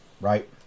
right